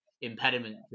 impediment